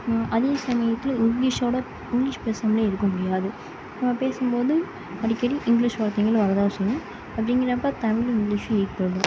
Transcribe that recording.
அதே சமயத்தில் இங்கிலீஷோட இங்கிலீஷ் பேசாமலே இருக்க முடியாது நம்ம பேசும்போது அடிக்கடி இங்கிலீஷ் வார்த்தைங்கள் வரதா செய்யும் அப்படிங்குறப்ப தமிழும் இங்கிலீஷும் ஈக்குவல் தான்